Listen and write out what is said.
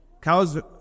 Cows